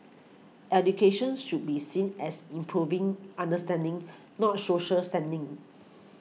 education should be seen as improving understanding not social standing